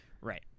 right